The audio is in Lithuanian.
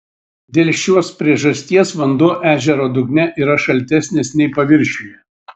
dėl šios priežasties vanduo ežero dugne yra šaltesnis nei paviršiuje